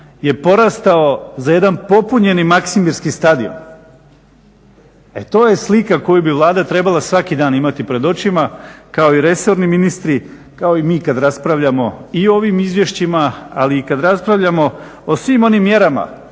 je porastao za jedan popunjeni maksimirski stadion. E to je slika koju bi Vlada trebala svaki dan imati pred očima kao i resorni ministri, kao i mi kad raspravljamo i o ovim izvješćima ali i kad raspravljamo o svim onim mjerama